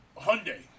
Hyundai